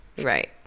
Right